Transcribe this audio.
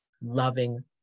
loving